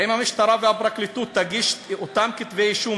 האם המשטרה והפרקליטות יגישו אותם כתבי-אישום